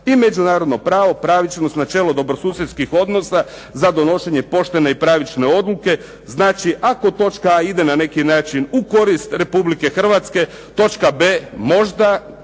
i međunarodno pravo, pravičnost, načelo dobrosusjedskih odnosa za donošenje poštene i pravične odluke znači ako točka a) ide na neki način u korist Republike Hrvatske, točka b) možda,